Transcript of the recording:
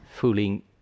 Fooling